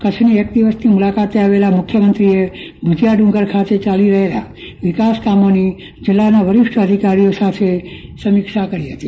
કચ્છની એક દિવસની મુલાકાતે આવેલા મુખ્યમંત્રીશ્રીએ ભૂજિયા ડુંગર ખાતે યાલી રહેલા વિકાસ કામોની જિલ્લાના વરિષ્ઠ અધિકારીઓ સાથે સમીક્ષા કરી હતી